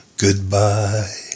goodbye